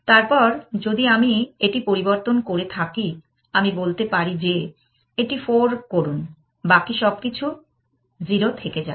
তারপর যদি আমি এটি পরিবর্তন করে থাকি আমি বলতে পারি যে এটি 4 করুন বাকি সবকিছু 0 থেকে যায়